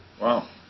Wow